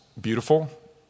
beautiful